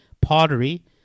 pottery